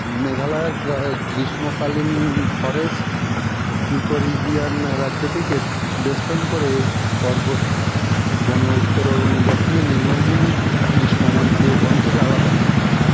মেঘালয়ের গ্রীষ্মকালীন forest ecoregion রাজ্যটিকে বেষ্টন করে এই পর্বত বন উত্তর এবং দক্ষিণে নিম্নভূমি গ্রীষ্মমণ্ডলীয় বন থেকে আলাদা